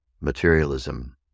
materialism